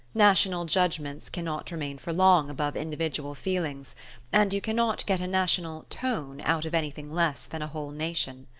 national judgments cannot remain for long above individual feelings and you cannot get a national tone out of anything less than a whole nation.